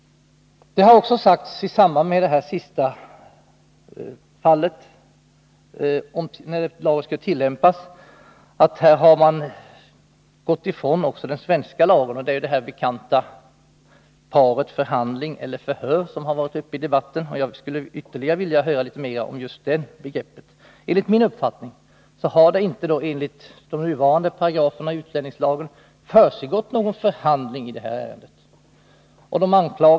Det har också sagts, i samband med det senaste fallet, att man även gått ifrån den svenska lagen. Det är det bekanta paret förhandling eller förhör som varit uppe i debatten. Jag skulle vilja höra litet mer om just det begreppet. Enligt min uppfattning har det inte enligt de nuvarande paragraferna av utlänningslagen försiggått någon förhandling i det här ärendet.